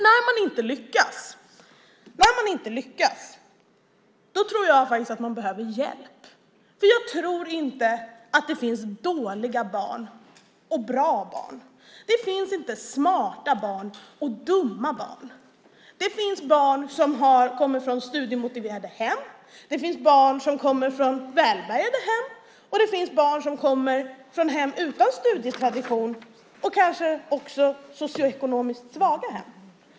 När man inte lyckas, då behöver man hjälp, tror jag. Jag tror inte att det finns dåliga barn och bra barn. Det finns inte smarta barn och dumma barn. Det finns barn som kommer från studiemotiverade hem. Det finns barn som kommer från välbärgade hem. Det finns också barn som kommer från hem utan studietradition och kanske också från socioekonomiskt svaga hem.